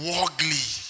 ugly